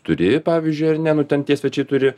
turi pavyzdžiui ar ne nu ten tie svečiai turi